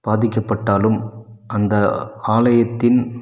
பாதிக்கப்பட்டாலும் அந்த ஆலயத்தின்